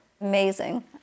Amazing